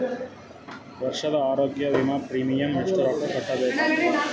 ವರ್ಷದ ಆರೋಗ್ಯ ವಿಮಾ ಪ್ರೀಮಿಯಂ ಎಷ್ಟ ರೊಕ್ಕ ಕಟ್ಟಬೇಕಾಗತದ?